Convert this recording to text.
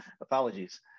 apologies